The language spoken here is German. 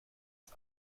ins